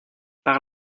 par